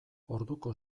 orduko